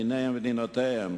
ניניהם ונינותיהם,